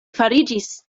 fariĝis